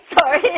sorry